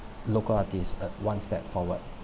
local artist at one step forward